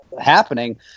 happening